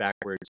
backwards